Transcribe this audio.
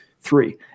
three